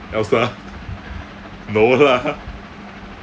elsa no lah